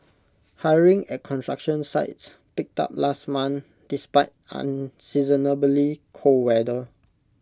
hiring at construction sites picked up last month despite unseasonably cold weather